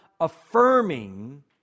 affirming